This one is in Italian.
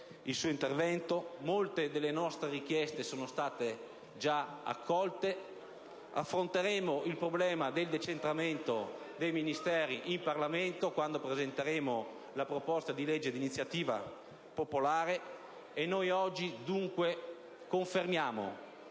il suo intervento: molte delle nostre richieste sono state già accolte; affronteremo il problema del decentramento dei Ministeri in Parlamento, quando presenteremo la proposta di legge di iniziativa popolare. Oggi, dunque, confermiamo